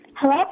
Hello